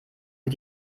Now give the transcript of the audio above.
wie